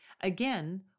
Again